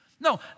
No